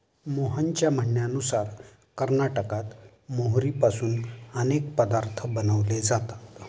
मोहनच्या म्हणण्यानुसार कर्नाटकात मोहरीपासून अनेक पदार्थ बनवले जातात